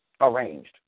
Arranged